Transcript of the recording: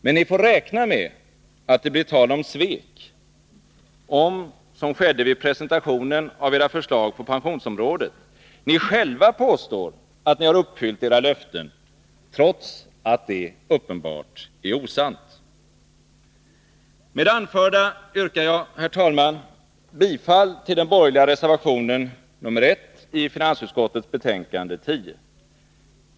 Men ni får räkna med att det blir tal om svek, om — som skedde vid presentationen av era förslag på pensionsområdet — ni själva påstår att ni har uppfyllt era löften, trots att det uppenbart är osant. Med det anförda yrkar jag, herr talman, bifall till den borgerliga reservationen nr 1 i finansutskottets betänkande 10.